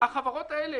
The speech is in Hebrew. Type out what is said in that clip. החברות האלה,